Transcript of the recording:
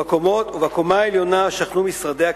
ובקומה העליונה שכנו משרדי הכנסת.